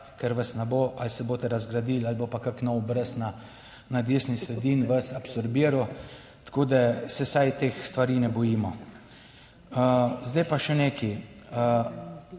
ker vas ne bo: Ali se boste razgradili ali bo pa kak nov brez na desni sredini vas absorbiral? Tako da, se vsaj teh stvari ne bojimo. Zdaj pa še nekaj.